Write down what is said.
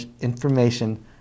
Information